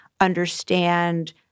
understand